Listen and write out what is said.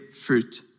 fruit